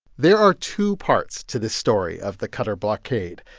there are two parts to the story of the qatar blockade.